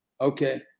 Okay